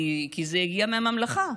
כי זה הגיע מהממלכה,